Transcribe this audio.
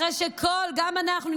אחרי שגם אנחנו,